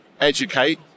educate